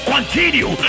continue